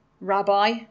Rabbi